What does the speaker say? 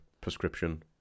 prescription